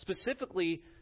Specifically